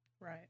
Right